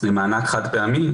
למענק חד פעמי